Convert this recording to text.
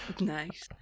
Nice